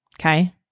Okay